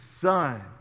son